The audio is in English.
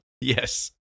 Yes